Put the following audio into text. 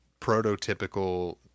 prototypical